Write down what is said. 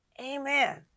Amen